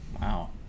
Wow